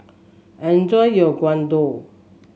enjoy your Gyudon